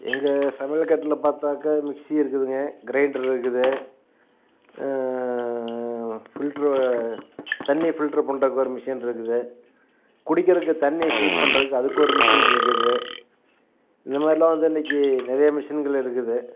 எங்கள் சமையக்கட்டில் பார்த்தாக்கா மிக்ஸி இருக்குதுங்க கிரைண்டரு இருக்குது ஃபில்ட்ரு தண்ணியை ஃபில்ட்ரு பண்ணுறக்கு ஒரு மிஷின் இருக்குது குடிக்கிறக்கு தண்ணி ஹீட் பண்ணுறக்கு அதுக்கு ஒரு மிஷின் இருக்குது இந்த மாதிரிலாம் வந்து இன்றைக்கி நிறைய மிஷின்கள் இருக்குது